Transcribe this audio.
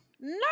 no